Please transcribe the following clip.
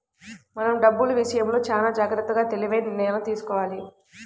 మనం డబ్బులు విషయంలో చానా జాగర్తగా తెలివైన నిర్ణయాలను తీసుకోవాలి